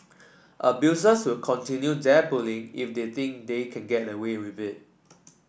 abusers will continue their bullying if they think they can get away with it